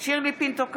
שירלי פינטו קדוש,